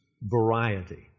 variety